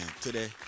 today